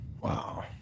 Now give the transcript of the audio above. Wow